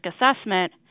assessment